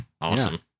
Awesome